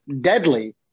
deadly